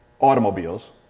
automobiles